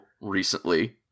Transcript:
recently